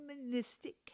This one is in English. humanistic